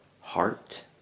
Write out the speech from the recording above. heart